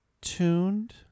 tuned